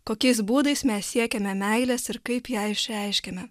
kokiais būdais mes siekiame meilės ir kaip ją išreiškiame